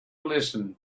listen